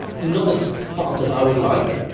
not as fast as i would like.